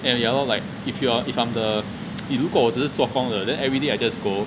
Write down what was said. and ya lor like if you're if I'm the 如果我只是做工的 then everyday I just go